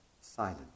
silent